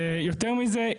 ויותר מזה,